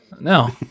no